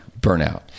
burnout